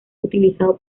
utilizado